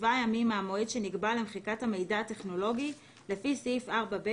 ימים מהמועד שנקבע למחיקת המידע הטכנולוגי לפי סעיף 4(ב)